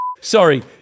Sorry